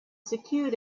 secured